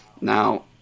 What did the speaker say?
Now